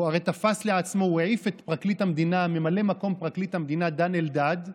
הוא הרי תפס לעצמו הוא העיף את ממלא מקום פרקליט המדינה דן אלדד,